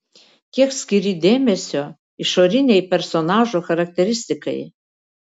kiek skiri dėmesio išorinei personažo charakteristikai